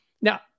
Now